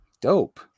Dope